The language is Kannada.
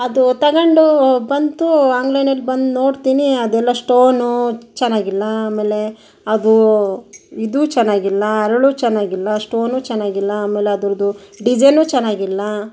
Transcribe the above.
ಅದು ತಗೊಂಡು ಬಂತು ಆನ್ಲೈನಲ್ಲಿ ಬಂದು ನೋಡ್ತೀನಿ ಅದೆಲ್ಲ ಸ್ಟೋನು ಚೆನ್ನಾಗಿಲ್ಲ ಆಮೇಲೆ ಅದು ಇದೂ ಚೆನ್ನಾಗಿಲ್ಲ ಹರಳೂ ಚೆನ್ನಾಗಿಲ್ಲ ಸ್ಟೋನೂ ಚೆನ್ನಾಗಿಲ್ಲ ಆಮೇಲೆ ಅದರದ್ದು ಡಿಸೈನೂ ಚೆನ್ನಾಗಿಲ್ಲ